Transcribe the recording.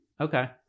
Okay